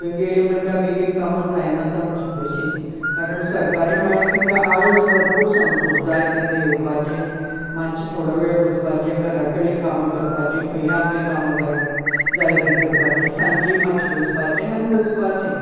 थंय गेली म्हणून काय बेगीन कामां जायनात आमची कशींच कारण सरकारी म्हळें खंय थंय आळस भरपूर सामको जाल तेन्ना येवपाचे मात्शे थोडो वेळ बसपाचे घरा कडलीं कामां करपाची खंयय आपली कामां जायती करपाची साजेंचे मात्शे बसपाचे आनी वचपाचे